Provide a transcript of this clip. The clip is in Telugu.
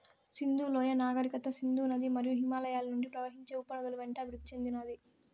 సింధు లోయ నాగరికత సింధు నది మరియు హిమాలయాల నుండి ప్రవహించే ఉపనదుల వెంట అభివృద్ది చెందినాది